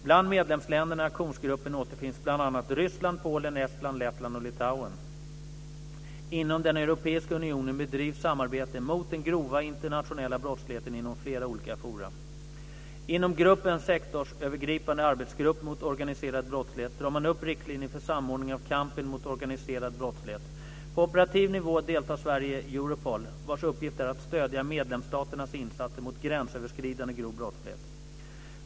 Bland medlemsländerna i Aktionsgruppen återfinns bl.a. Ryssland, Polen, Estland, Inom den europeiska unionen bedrivs samarbetet mot den grova internationella brottsligheten inom flera olika forum. Inom gruppen Sektorsövergripande arbetsgrupp mot organiserad brottslighet drar man upp riktlinjer för samordning av kampen mot organiserad brottslighet. På operativ nivå deltar Sverige i Europol, vars uppgift är att stödja medlemsstaternas insatser mot gränsöverskridande grov brottslighet.